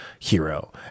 hero